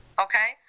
Okay